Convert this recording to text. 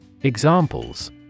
Examples